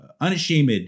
unashamed